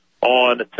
on